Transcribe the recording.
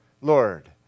Lord